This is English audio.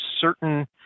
certain